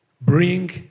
Bring